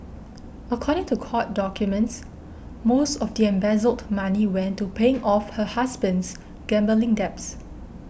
according to court documents most of the embezzled money went to paying off her husband's gambling debts